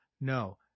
No